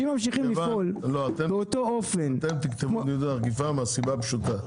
לא, אתם תכתבו את האכיפה מהסיבה הפשוטה,